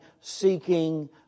seeking